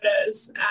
photos